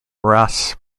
ras